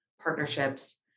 partnerships